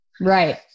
Right